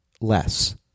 less